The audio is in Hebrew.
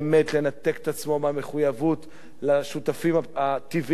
לנתק את עצמו מהמחויבות לשותפים הטבעיים שלו,